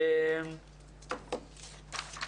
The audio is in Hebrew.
יש לנו מגמות שנדרש להגיע אליהן ולא מצליחים